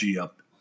up